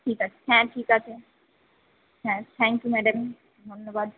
ঠিক আছে হ্যাঁ ঠিক আছে হ্যাঁ থ্যাংক ইউ ম্যাডাম ধন্যবাদ